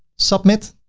submit,